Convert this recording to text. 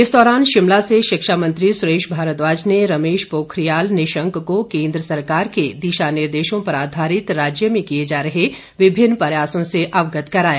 इस दौरान शिमला से शिक्षा मंत्री सुरेश भारद्वाज ने रमेश पोखरियाल निशंक को केंद्र सरकार के दिशा निर्देशों पर आधारित राज्य में किए जा रहे विभिन्न प्रयासों से अवगत कराया